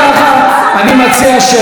אני מציע ששתיכן,